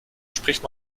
spricht